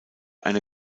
eine